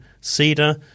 cedar